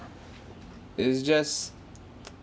it's just